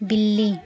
बिल्ली